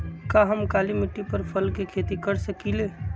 का हम काली मिट्टी पर फल के खेती कर सकिले?